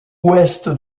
ouest